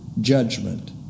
judgment